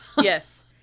Yes